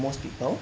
most people